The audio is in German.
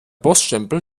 poststempel